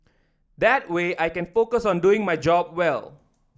that way I can focus on doing my job well